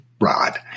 rod